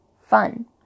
fun